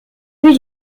début